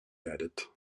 leidet